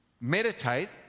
meditate